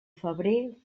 febrer